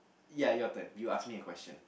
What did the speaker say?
ya your turn you ask me a question